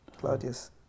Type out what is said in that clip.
Claudius